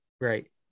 right